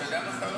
אתה יודע מה זה,